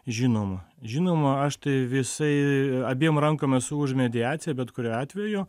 žinoma žinoma aš tai visai abiem rankom esu už mediaciją bet kuriuo atveju